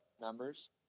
numbers